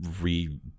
re